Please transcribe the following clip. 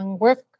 work